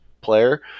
player